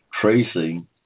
tracing